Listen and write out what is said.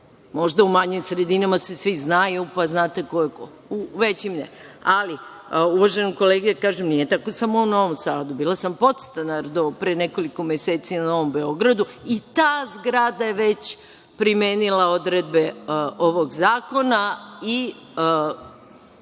Možda u manjim sredinama se svi znaju pa znate ko je ko, ali u većim ne. Uvaženom kolegi da kažem, nije tako samo u Novom Sadu, bila sam podstanar do pre nekoliko meseci na Novom Beogradu i ta zgrada je već primenila odredbe ovog zakona i